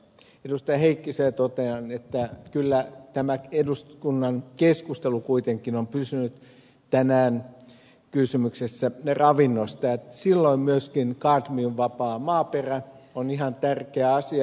heikkiselle totean että kyllä tämä eduskunnan keskustelu kuitenkin on pysynyt tänään kysymyksessä ravinnosta niin että silloin myös kadmiumvapaa maaperä on ihan tärkeä asia